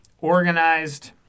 organized